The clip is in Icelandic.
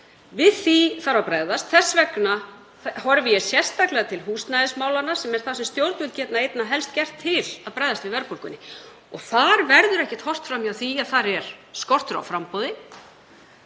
Við því þarf að bregðast. Þess vegna horfi ég sérstaklega til húsnæðismálanna sem er það sem stjórnvöld geta einna helst gert til að bregðast við verðbólgunni. Þar verður ekkert horft fram hjá því að þar er skortur á framboði.